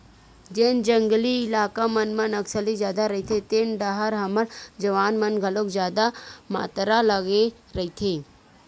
जेन जंगली इलाका मन म नक्सली जादा रहिथे तेन डाहर हमर जवान मन घलो जादा मातरा लगे रहिथे